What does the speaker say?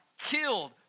killed